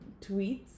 tweets